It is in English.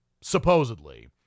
supposedly